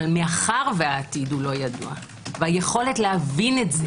אולם מאחר שהעתיד לא ידוע והיכולת להבין את זה